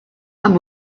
and